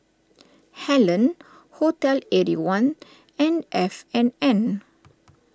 Helen Hotel Eighty One and F and N